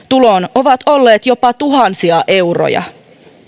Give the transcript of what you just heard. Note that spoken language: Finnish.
ovat olleet jopa tuhansia euroja